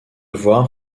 voir